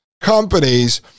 companies